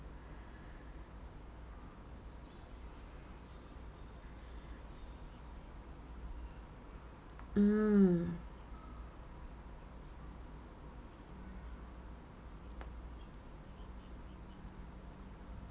mm